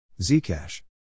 Zcash